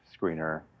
screener